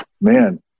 man